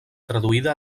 traduïda